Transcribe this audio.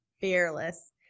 fearless